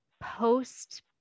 post